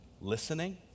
listening